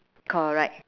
correct